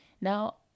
Now